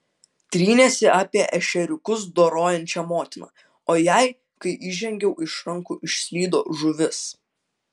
trynėsi apie ešeriukus dorojančią motiną o jai kai įžengiau iš rankų išslydo žuvis